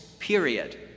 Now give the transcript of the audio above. period